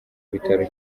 bitaro